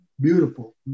beautiful